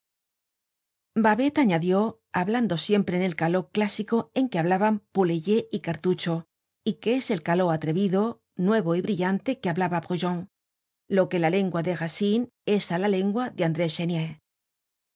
babet añadió hablando siempre en al caló clásico en que hablaban poulailler y cartucho y que es el caló atrevido nuevo y brillante que hablaba brujon lo que la lengua de raciue es á la lengua de andrés